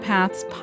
Paths